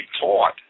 taught